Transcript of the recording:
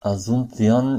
asunción